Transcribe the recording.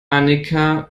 annika